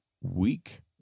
week